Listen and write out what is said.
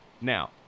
Now